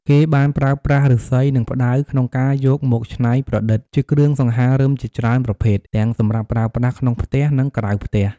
គេបានប្រើប្រាស់ឫស្សី និងផ្តៅក្នុងការយកមកច្នៃប្រឌិតជាគ្រឿងសង្ហារឹមជាច្រើនប្រភេទ ទាំងសម្រាប់ប្រើប្រាស់ក្នុងផ្ទះ និងក្រៅផ្ទះ។